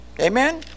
Amen